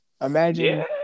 Imagine